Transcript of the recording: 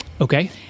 Okay